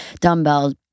dumbbells